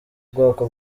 bwoko